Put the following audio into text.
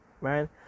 Right